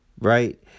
right